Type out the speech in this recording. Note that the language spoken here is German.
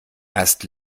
erst